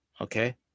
Okay